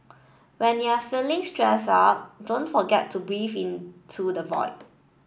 when you are feeling stressed out don't forget to breathe into the void